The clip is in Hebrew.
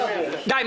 די.